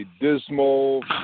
dismal